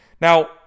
Now